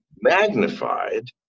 magnified